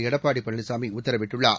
எடப்பாடி பழனிசாமி உத்தரவிட்டுள்ளார்